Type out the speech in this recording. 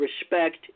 respect